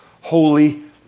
holy